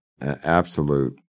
absolute